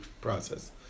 process